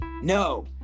No